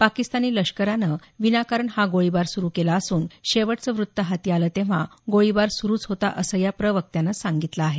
पाकिस्तानी लष्करानं विनाकारण हा गोळीबार सुरू केला असून शेवटचं वृत्त हाती आलं तेंव्हा गोळीबार सुरूच होता असं या प्रवक्त्यानं सांगितलं आहे